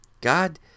God